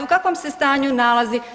U kakvom se stanju nalazi?